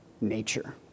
nature